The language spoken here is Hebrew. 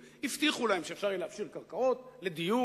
הבטיחו להם שאפשר יהיה להפשיר קרקעות לדיור,